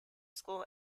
school